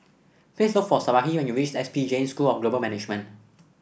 please look for Sarahi when you reach S P Jain School of Global Management